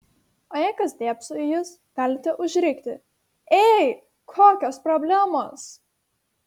o jei kas dėbso į jus galite užrikti ei kokios problemos